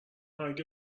اگه